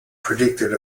predicted